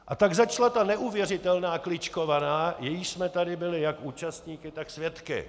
A tak začala ta neuvěřitelná kličkovaná, jejíž jsme tady byli jak účastníky, tak svědky.